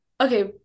okay